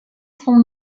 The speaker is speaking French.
son